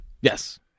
Yes